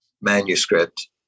manuscript